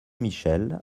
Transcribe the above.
michel